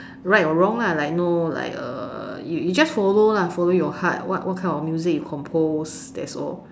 right or wrong lah like no like uh you you just follow lah follow your heart what what kind of music you compose that's all